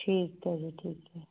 ਠੀਕ ਹੈ ਜੀ ਠੀਕ ਹੈ